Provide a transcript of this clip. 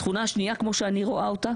התכונה השנייה כמו שאני רואה אותה